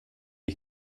ich